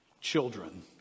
children